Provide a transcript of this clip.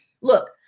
Look